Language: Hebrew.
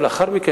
ולאחר מכן,